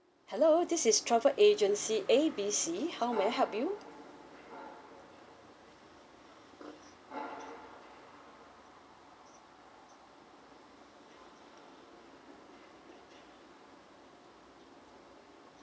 hello this is travel agency A B C how may I help you